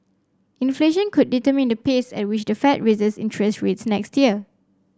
inflation could determine the pace at which the Fed raises interest rates next year